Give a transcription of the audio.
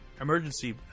emergency